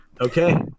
Okay